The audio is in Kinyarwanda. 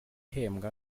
uhembwa